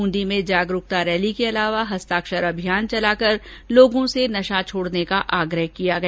ब्रंदी में जागरूकता रैली के अलावा हस्ताक्षर अभियान चलाकर लोगों से नशा छोडने का आग्रह किया गया